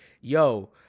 yo